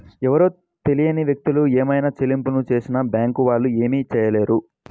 ఎవరో తెలియని వ్యక్తులు ఏవైనా చెల్లింపులు చేసినా బ్యేంకు వాళ్ళు ఏమీ చేయలేరు